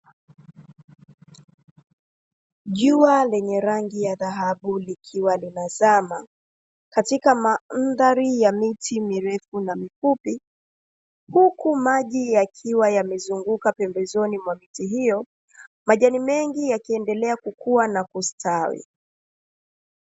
Jua lenye rangi ya dhahabu likiwa linazama katika mandhari ya miti mirefu na mifupi, huku maji yakiwa yamezunguka pembezoni mwa miti hiyo. Majani mengi yakiendelea kukua na kustawi.